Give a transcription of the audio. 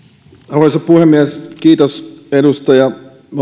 arvoisa puhemies kiitos edustaja harakalle hyvästä